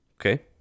Okay